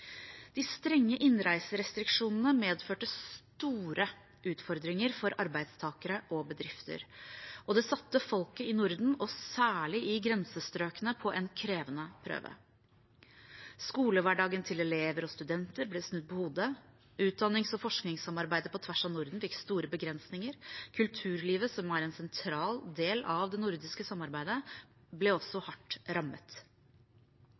De strenge innreiserestriksjonene medførte store utfordringer for arbeidstakere og bedrifter. Det satte folket i Norden, særlig i grensestrøkene, på en krevende prøve. Skolehverdagen til elever og studenter ble snudd på hodet. Utdannings- og forskningssamarbeidet på tvers av Norden fikk store begrensninger. Kulturlivet, som er en sentral del av det nordiske samarbeidet, ble også hardt rammet.